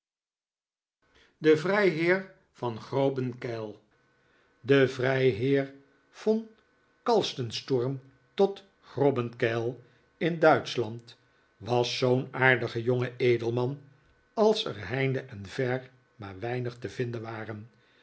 de vrijheer van grobenkeil de vrijheer von kalstensturm tot grobenkeil in duitschland was zoo'n aardige jonge edelman als er heinde en ver maar weinig te vinden waren